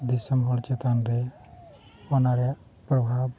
ᱫᱤᱥᱚᱢ ᱦᱚᱲ ᱪᱮᱛᱟᱱ ᱨᱮ ᱚᱱᱟ ᱨᱮᱱᱟᱜ ᱯᱨᱚᱵᱷᱟᱵᱽ